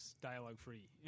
dialogue-free